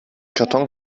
karton